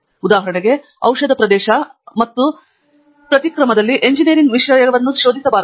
ಉದಾಹರಣೆಗೆ ಔಷಧ ಪ್ರದೇಶ ಮತ್ತು ಪ್ರತಿಕ್ರಮದಲ್ಲಿ ಎಂಜಿನಿಯರಿಂಗ್ ವಿಷಯವನ್ನು ಶೋಧಿಸಬಾರದು